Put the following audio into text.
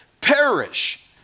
perish